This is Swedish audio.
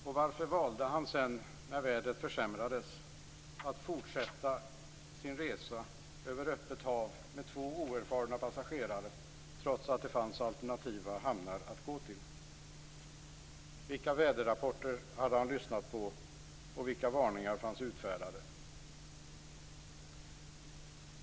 Och varför valde han sedan, när vädret försämrades, att fortsätta sin resa över öppet hav med två oerfarna passagerare, trots att det fanns alternativa hamnar att gå till? Vilka väderrapporter hade han lyssnat på? Vilka varningar fanns utfärdade?